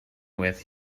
with